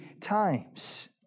times